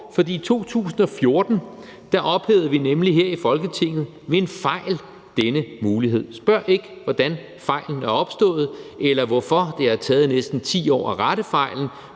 for i 2014 ophævede vi nemlig her i Folketinget ved en fejl denne mulighed. Spørg ikke, hvordan fejlen er opstået, eller hvorfor det har taget næsten 10 år at rette fejlen,